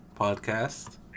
podcast